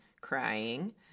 crying